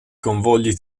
convogli